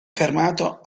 fermato